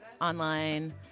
online